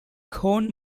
bighorn